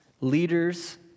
leaders